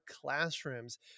classrooms